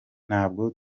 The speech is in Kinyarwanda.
ntabwo